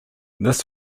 this